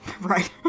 Right